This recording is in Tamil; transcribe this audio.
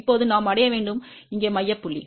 இப்போது நாம் அடைய வேண்டும் இங்கே மைய புள்ளி